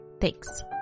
Thanks